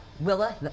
Willa